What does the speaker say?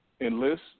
enlist